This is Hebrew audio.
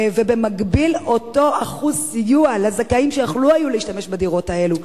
ובמקביל אותו אחוז סיוע לזכאים שיכלו להשתמש בדירות האלה,